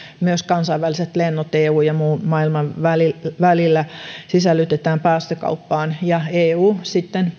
myös kansainväliset lennot eun ja muun maailman välillä sisällytetään päästökauppaan ja eu sitten